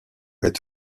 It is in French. est